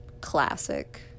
classic